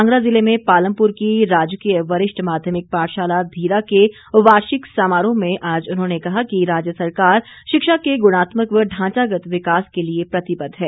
कांगड़ा जिले में पालमपुर की राजकीय वरिष्ठ माध्यमिक पाठशाला धीरा के वार्षिक समारोह में आज उन्होंने कहा कि राज्य सरकार शिक्षा के गुणात्मक व ढांचागत विकास के लिए प्रतिबद्ध है